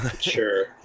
Sure